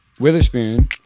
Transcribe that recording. Witherspoon